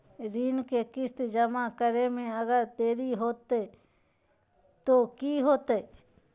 ऋण के किस्त जमा करे में अगर देरी हो जैतै तो कि होतैय?